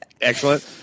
Excellent